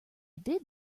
did